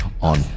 on